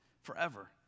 forever